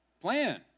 plan